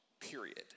period